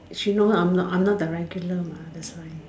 actually no lah I'm not I'm not the regular lah that's why